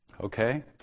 okay